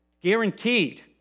Guaranteed